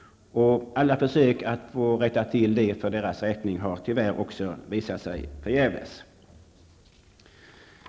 Alla försök att rätta till det förhållandet har tyvärr visat sig vara förgäves.